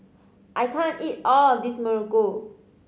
I can't eat all of this muruku